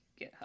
GitHub